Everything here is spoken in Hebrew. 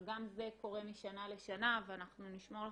אבל גם זה קורה משנה לשנה ואנחנו נשמור לך